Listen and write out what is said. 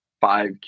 five